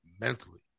mentally